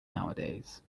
nowadays